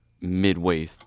midway